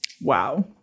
Wow